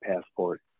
passport